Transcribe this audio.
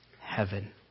heaven